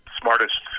smartest